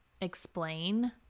explain